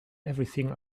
everything